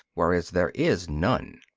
whereas there is none.